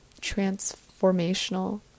transformational